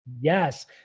Yes